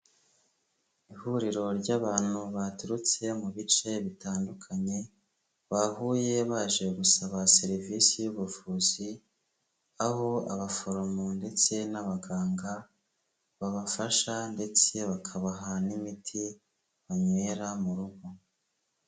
Ihuriro ry'abantu baturutse mu bice bitandukanye, bahuye baje gusaba serivisi y'ubuvuzi, aho abaforomo ndetse n'abaganga, babafasha ndetse bakabaha n'imiti banywera mu rugo.